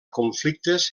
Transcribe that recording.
conflictes